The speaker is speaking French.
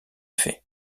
fait